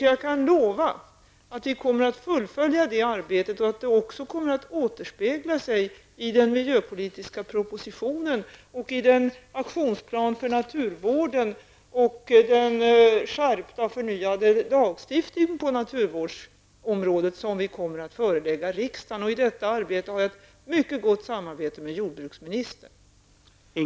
Jag kan lova att vi kommer att fullfölja det arbetet och att det kommer att återspegla sig i den miljöpolitiska propositionen, i den aktionsplan för naturvården och i den förnyade skärpta lagstiftning på naturvårdsområdet som vi kommer att förelägga riksdagen. I detta arbete har jag ett mycket gott samarbete med jordbruksministern.